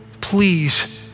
Please